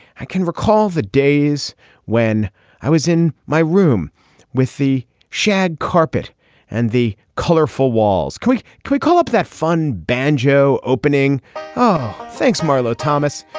i can recall the days when i was in my room with the shag carpet and the colorful walls. quick, quick call up that fun banjo opening oh, thanks, marlo thomas.